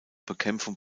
bekämpfung